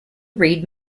read